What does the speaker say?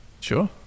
Sure